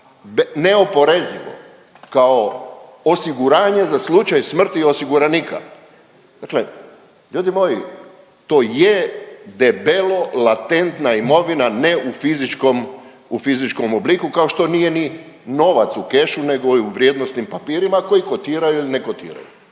neoporezivo kao osiguranje za slučaj smrti osiguranika. Dakle ljudi moji to je debelo latentna imovina ne u fizičkom obliku kao što nije ni novac u kešu nego je u vrijednosnim papirima koji kotiraju ili ne kotiraju.